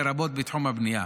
לרבות בתחום הבנייה.